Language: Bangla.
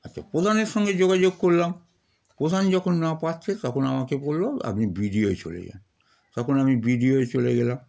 আচ্ছা প্রধানের সঙ্গে যোগাযোগ করলাম প্রধান যখন না পারছে তখন আমাকে বলল আপনি বি ডি ওয় চলে যান তখন আমি বি ডি ওয় চলে গেলাম